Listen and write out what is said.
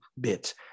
bit